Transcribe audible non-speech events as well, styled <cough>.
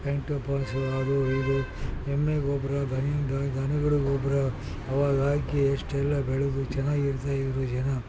<unintelligible> ಅದು ಇದು ಎಮ್ಮೆ ಗೊಬ್ಬರ ದನ ದನಗಳ ಗೊಬ್ಬರ ಅವಾಗಾಕಿ ಅಷ್ಟೆಲ್ಲ ಬೆಳೆದು ಚೆನ್ನಾಗಿರ್ತಾ ಇದ್ದರು ಜನ